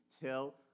till